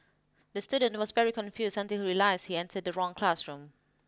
the student was very confused until he realised he entered the wrong classroom